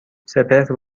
سپهر